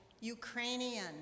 Ukrainian